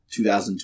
2002